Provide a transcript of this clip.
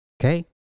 Okay